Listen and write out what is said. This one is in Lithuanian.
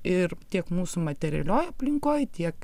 ir tiek mūsų materialioj aplinkoj tiek